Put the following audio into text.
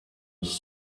was